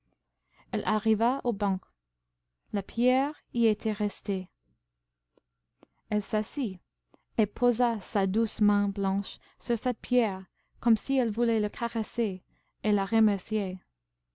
elle arriva au banc la pierre y était restée elle s'assit et posa sa douce main blanche sur cette pierre comme si elle voulait la caresser et la remercier